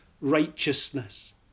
righteousness